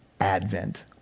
Advent